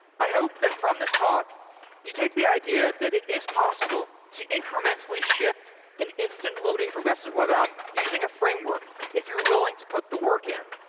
i hope that from this talk you take the idea that it is possible to incrementally ship an instant loading progressive web app using a framework, if you're willing to put the work in.